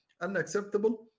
unacceptable